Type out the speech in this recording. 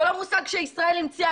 זה לא מושג שישראל המציאה,